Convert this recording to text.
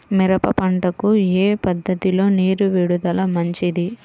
మిరప పంటకు ఏ పద్ధతిలో నీరు విడుదల మంచిది?